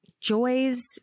Joy's